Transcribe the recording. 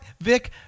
Vic